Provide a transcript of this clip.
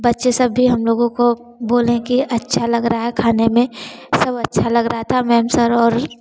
बच्चे सब भी हम लोगों को बोले कि अच्छा लग रहा है खाने में सब अच्छा लग रहा था मैम सर और